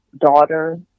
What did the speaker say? daughter